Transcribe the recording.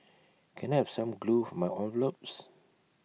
can I have some glue for my envelopes